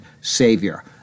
Savior